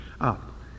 up